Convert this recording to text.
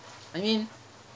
I mean